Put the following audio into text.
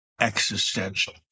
existential